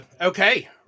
Okay